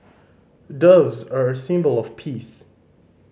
doves are a symbol of peace